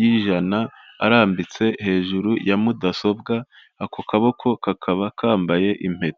y'ijana, arambitse hejuru ya mudasobwa, ako kaboko kakaba kambaye impeta.